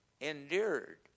endured